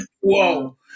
whoa